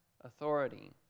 authority